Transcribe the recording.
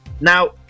Now